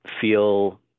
feel